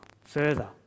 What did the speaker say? further